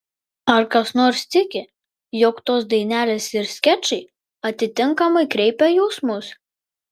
ar kas nors tiki jog tos dainelės ir skečai atitinkamai kreipia jausmus